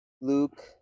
Luke